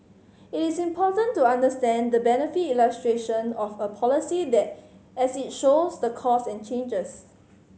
it is important to understand the benefit illustration of a policy as it shows the costs and charges